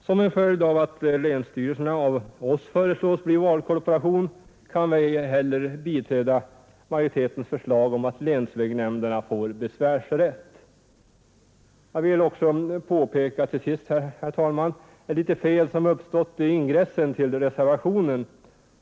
Som en följd av att länsstyrelsen av oss föreslås bli valkorporation kan vi inte heller biträda majoritetens förslag om att länsvägnämnderna får besvärsrätt. Till sist vill jag också påpeka ett litet fel som uppstått i ingressen till reservationen.